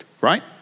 right